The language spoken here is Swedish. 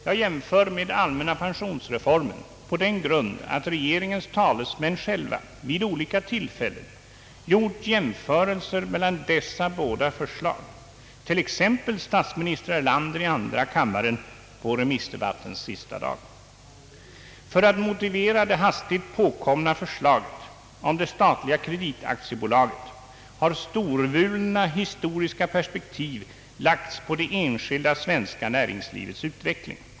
Jag jämför med allmänna pensionsreformen på den grund att regeringens talesmän själva vid olika tillfällen gjort jämförelser mellan dessa båda förslag, t.ex. statsminister Erlander i andra kammaren på remissdebattens sista dag. För att motivera det hastigt påkomna Ang. förslaget om det statliga kreditaktiebolaget har storvulna historiska perspektiv lagts på det enskilda svenska näringslivets utveckling.